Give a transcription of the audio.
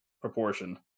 proportion